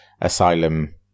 asylum